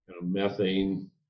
methane